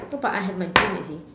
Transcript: no but I have my dream you see